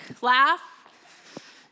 laugh